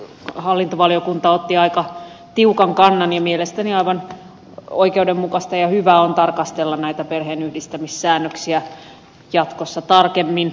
hallintovaliokunta otti aika tiukan kannan ja mielestäni aivan oikeudenmukaista ja hyvää on tarkastella näitä perheenyhdistämissäännöksiä jatkossa tarkemmin